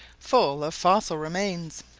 full of fossil remains,